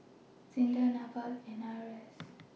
SINDA Nafa and IRAS